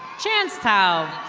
chants tao.